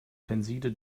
tenside